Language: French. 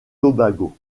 tobago